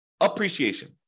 appreciation